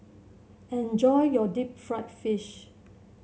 enjoy your Deep Fried Fish